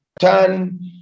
turn